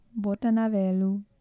Botanavelu